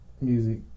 Music